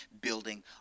building